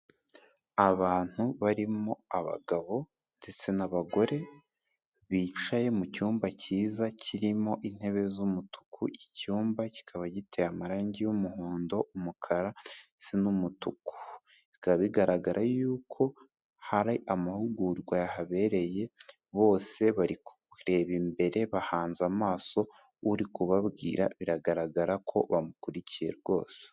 Abantu barimo abagabo ndetse n'abagore bicaye mu cyumba cyiza kirimo intebe z'umutuku, icyumba kikaba giteye amarangi y'umuhondo, umukara ndetse n'umutuku, bikaba bigaragara y'uko hari amahugurwa yahabereye, bose bari kureba imbere bahanze amaso uri kubabwira biragaragara ko bamukurikiye rwose.